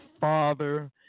father